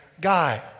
guy